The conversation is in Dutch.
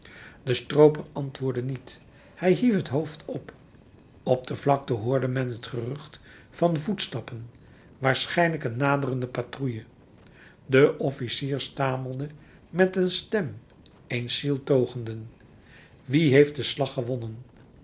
de strooper antwoordde niet hij hief het hoofd op op de vlakte hoorde men het gerucht van voetstappen waarschijnlijk een naderende patrouille de officier stamelde met de stem eens zieltogenden wie heeft den slag gewonnen